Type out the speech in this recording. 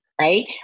right